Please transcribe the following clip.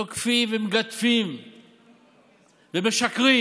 תוקפים ומגדפים ומשקרים